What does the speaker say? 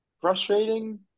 frustrating